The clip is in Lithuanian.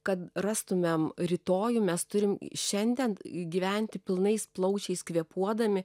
kad rastumėm rytojų mes turim šiandien gyventi pilnais plaučiais kvėpuodami